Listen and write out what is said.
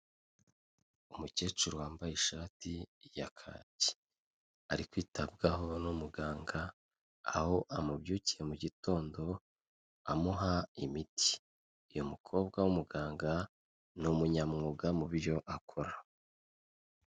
Umukecuru wambaye ishati ya kaki, ari kwitabwaho n'umuganga aho amubyukiye mu gitondo amuha imiti, uyu mukobwa w'umuganga ni umunyamwuga mu byo akora.